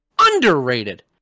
underrated